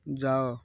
ଯାଅ